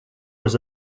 was